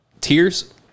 tears